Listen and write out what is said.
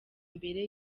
mbere